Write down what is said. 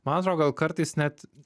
man atrodo gal kartais net